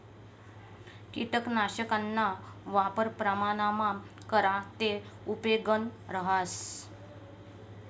किटकनाशकना वापर प्रमाणमा करा ते उपेगनं रहास